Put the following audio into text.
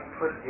put